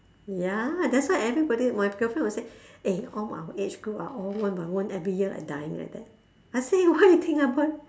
ya that's why everybody my girlfriend will say eh all my our age group are all one by one every year like dying like that I say why you think about